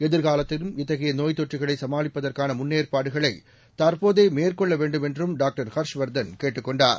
ஏதிர்காலத்திலும் இத்தகையநோய் தொற்றுக்களைசமாளிப்பதற்கானமுன்னேற்பாடுகளைதற்போதேமேற்கொள்ளவேண்டுமென்றும் டாக்டாஹர்ஷவர்தன் கேட்டுக் கொண்டார்